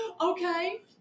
Okay